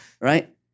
Right